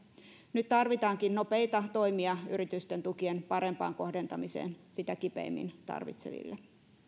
nyt tarvitaankin nopeita toimia yritysten tukien parempaan kohdentamiseen sitä kipeimmin tarvitseville